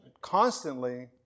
constantly